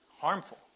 harmful